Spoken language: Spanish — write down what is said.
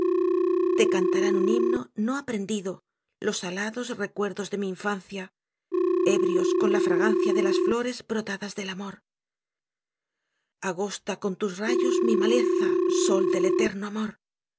te cantarán un himno no aprendido los alados recuerdos de mi infancia ebrios con la fragancia de las flores brotadas del amor agosta con tus rayos mi maleza sol del eterno amor